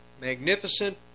magnificent